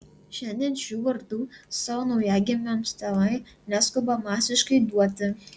šiandien šių vardų savo naujagimiams tėvai neskuba masiškai duoti